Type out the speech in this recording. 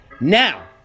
Now